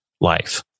life